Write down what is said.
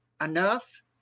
Enough